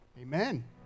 Amen